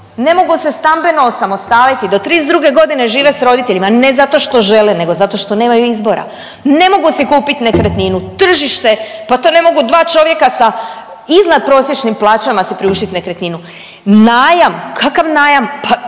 ne mogu se stambeno osamostaliti, do 32. g. žive s roditeljima, ne zato što žele, nego zato što nemaju izbora. Ne mogu si kupiti nekretninu, tržište pa to ne mogu dva čovjeka sa iznadprosječnim plaćama si priuštiti nekretninu. Najam, kakav najam?